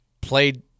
played